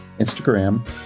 Instagram